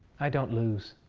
i don't lose.